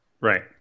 Right